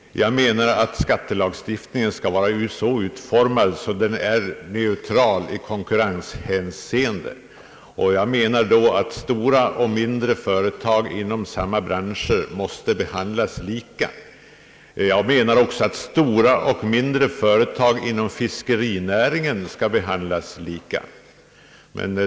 Skattelagstiftningen skall vara så utformad att den är neutral i konkurrenshänseende. Stora och mindre företag inom samma bransch måste behandlas lika. Jag anser också att stora och mindre företag inom fiskerinäringen skall behandlas lika.